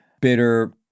bitter